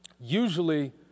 Usually